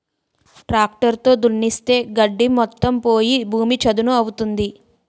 tractor తో దున్నిస్తే గడ్డి మొత్తం పోయి భూమి చదును అవుతుంది